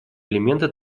элементы